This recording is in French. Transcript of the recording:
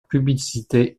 publicité